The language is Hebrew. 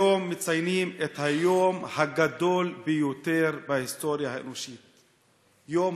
היום מציינים את היום הגדול ביותר בהיסטוריה האנושית: יום